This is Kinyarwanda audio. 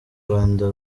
rwanda